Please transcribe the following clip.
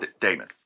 Damon